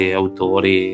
autori